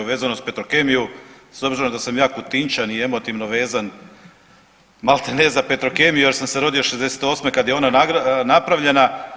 Vezano uz Petrokemiju s obzirom da sam ja Kutinjčan i emotivno vezan maltene za Petrokemiju jer sam se rodio '68. kada je ona napravljena.